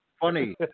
funny